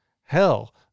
Hell